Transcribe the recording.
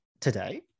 today